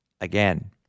again